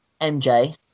mj